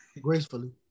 Gracefully